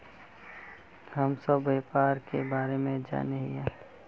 हम सब व्यापार के बारे जाने हिये?